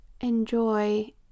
enjoy